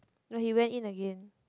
no he went in again